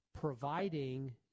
providing